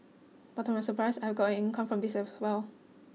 but to my surprise I got an income from this as well